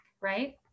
right